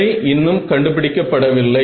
அவை இன்னும் கண்டுபிடிக்கப்படவில்லை